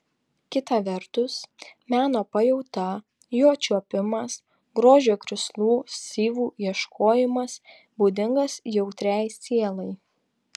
kita vertus meno pajauta jo čiuopimas grožio krislų syvų ieškojimas būdingas jautriai sielai